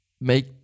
make